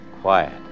quiet